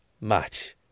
match